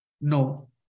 No